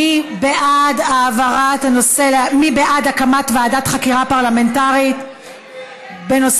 מי בעד הקמת ועדת חקירה פרלמנטרית בנושא